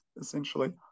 essentially